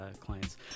clients